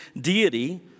deity